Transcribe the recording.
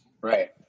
Right